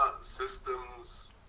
systems